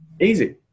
Easy